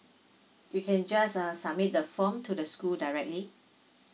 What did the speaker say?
you can just uh submit the form to the school directly